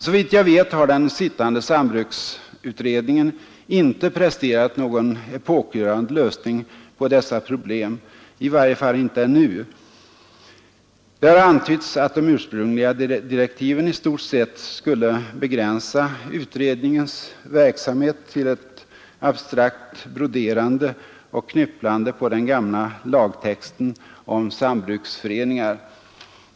Såvitt jag vet har den sittande sambruksutredningen inte presterat någon epokgörande lösning på dessa problem, i varje fall inte offentligt ännu. Det har antytts att de ursprungliga direktiven i stort sett skulle begränsa utredningens verksamhet till ett abstrakt broderande och knypplande på den gamla lagtexten om sambruksföreningar.